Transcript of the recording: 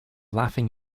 laughing